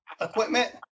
equipment